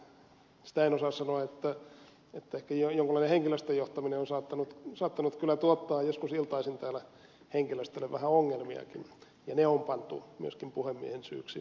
sitä en osaa sanoa että ehkä jonkunlainen henkilöstöjohtaminen on saattanut kyllä tuottaa joskus iltaisin täällä henkilöstölle vähän ongelmiakin ja ne on pantu myöskin puhemiehen syyksi ehkä aiheetta